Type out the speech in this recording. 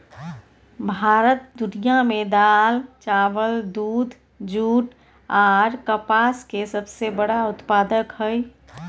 भारत दुनिया में दाल, चावल, दूध, जूट आर कपास के सबसे बड़ा उत्पादक हय